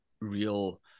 real